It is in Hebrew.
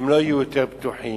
הם לא יהיו יותר בטוחים.